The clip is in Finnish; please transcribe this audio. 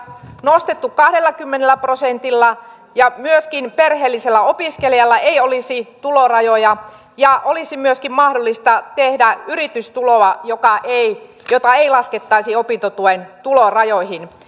nostettu kahdellakymmenellä prosentilla perheellisellä opiskelijalla ei myöskään olisi tulorajoja ja olisi myöskin mahdollista tehdä yritystuloa jota ei laskettaisi opintotuen tulorajoihin